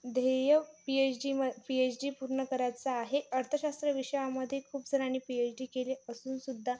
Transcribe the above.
ध्येय PhD म PhD पूर्ण करायचं आहे अर्थशास्त्र विषयामध्ये खूप जणांनी पीएच डी केली असून सुद्धा